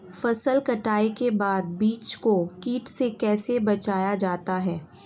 फसल कटाई के बाद बीज को कीट से कैसे बचाया जाता है?